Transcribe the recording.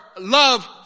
love